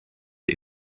der